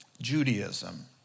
Judaism